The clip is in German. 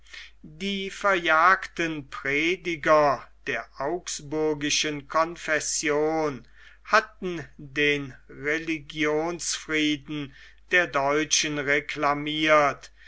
die verjagten prediger der augsburgischen confession hatten den religionsfrieden der deutschen reklamiert